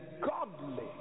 godly